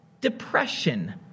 depression